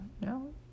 No